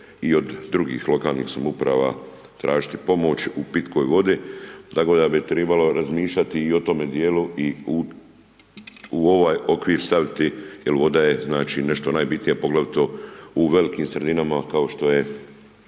i od drugih lokalnih samouprava tražiti pomoć u pitkoj vodi. Tako da bi trebalo razmišljati i u tome dijelu i u ovaj okvir staviti, jer voda je nešto najbitnija, poglavito u velikim sredinama, kao što je